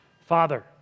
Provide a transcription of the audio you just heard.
Father